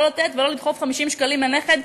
לא לתת ולא לדחוף 50 שקלים לנכד,